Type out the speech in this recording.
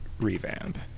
revamp